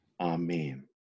Amen